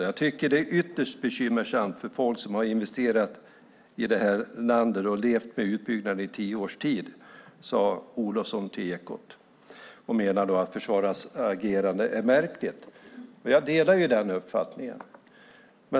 "Jag tycker det är ytterst bekymmersamt, folk som har investerat i det här och har levt med utbyggnaden i tio års tid", sade Olofsson till Ekot och menade att försvarets agerande är märkligt. Jag delar denna uppfattning.